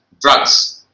drugs